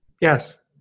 Yes